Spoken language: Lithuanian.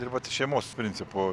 dirbat šeimos principu